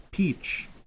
Peach